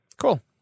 Cool